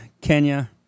Kenya